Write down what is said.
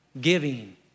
giving